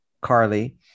Carly